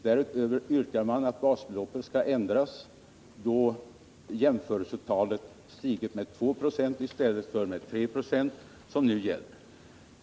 Därutöver yrkar man att basbeloppet skall ändras då jämförelsetalet stigit med 2 9 i stället för med 370, som nu gäller.